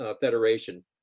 Federation